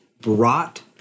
brought